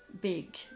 big